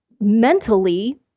mentally